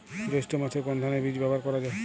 জৈষ্ঠ্য মাসে কোন ধানের বীজ ব্যবহার করা যায়?